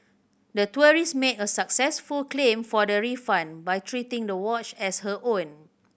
the tourist made a successful claim for the refund by treating the watch as her own